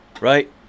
right